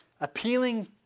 appealing